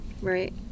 Right